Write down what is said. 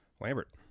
Lambert